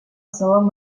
салам